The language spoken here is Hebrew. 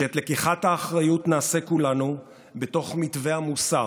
שאת לקיחת האחריות נעשה כולנו בתוך מתווה המוסר.